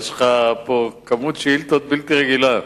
יש לך פה כמות שאילתות בלתי רגילה.